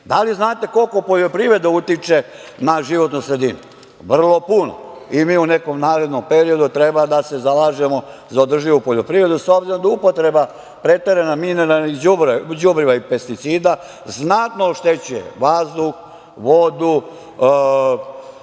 li znate koliko poljoprivreda utiče na životnu sredinu? Vrlo puno. Mi u nekom narednom periodu treba da se zalažemo za održivu poljoprivredu, s obzirom da upotreba preteranog đubriva i pesticida znatno oštećuje vazduh, vodu,